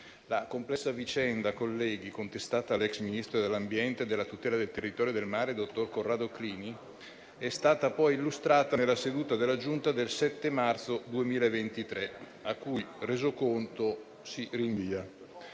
La complessa vicenda, colleghi, contestata all'ex ministro dell'ambiente e della tutela del territorio e del mare, dottor Corrado Clini, è stata poi illustrata nella seduta della Giunta del 7 marzo 2023, al cui resoconto si rinvia.